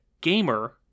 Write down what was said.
Gamer